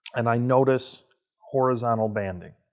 and i notice horizontal banding.